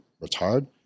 retired